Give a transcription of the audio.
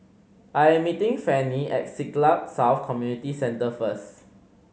I am meeting Fannie at Siglap South Community Centre first